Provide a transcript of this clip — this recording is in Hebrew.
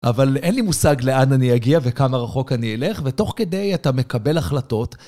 אבל אין לי מושג לאן אני אגיע וכמה רחוק אני אלך ותוך כדי אתה מקבל החלטות.